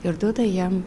ir duoda jam